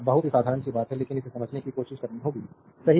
बहुत ही साधारण सी बात है लेकिन इसे समझने की कोशिश करनी होगी सही